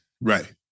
Right